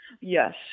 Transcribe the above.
Yes